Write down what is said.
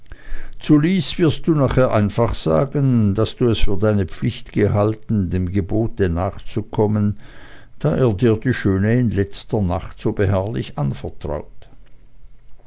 lys wirst du nachher einfach sagen daß du für deine pflicht gehalten dem gebote nachzukommen da er dir die schöne in letzter nacht so beharrlich anvertraut